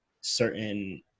certain